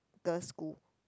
girl school